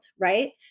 right